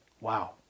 Wow